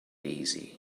easy